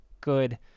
Good